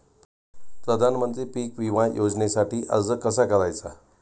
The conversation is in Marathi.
प्रधानमंत्री पीक विमा योजनेसाठी अर्ज कसा करायचा?